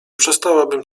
przestałabym